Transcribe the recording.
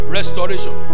Restoration